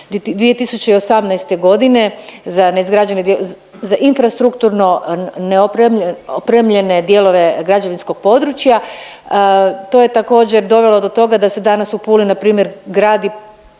dio, za infrastrukturno neopremljene dijelove građevinskog područja. Top je također dovelo do toga da se danas u Puli na primjer gradi